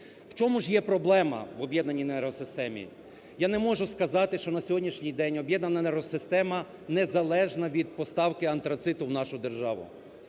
В чому ж є проблема в об'єднаній енергосистемі? Я не можу сказати, що на сьогоднішній день об'єднана енергосистема незалежна від поставки антрациту в нашу державу.